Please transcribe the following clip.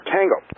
Tango